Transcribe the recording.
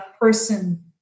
person